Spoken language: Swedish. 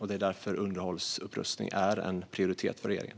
Det är därför underhåll och upprustning är en prioritet för regeringen.